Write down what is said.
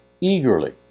eagerly